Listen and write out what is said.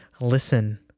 listen